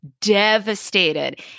devastated